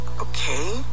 Okay